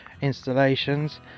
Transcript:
installations